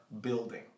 building